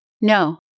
No